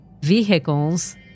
vehicles